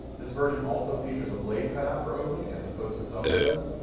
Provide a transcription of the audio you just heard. this version also features a blade cut out for opening as opposed to thumb studs,